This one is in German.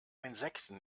insekten